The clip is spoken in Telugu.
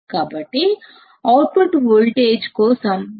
కాబట్టి అవుట్పుట్ వోల్టేజ్ కోసం నా కొత్త సూత్రం AdVd Acm Vcm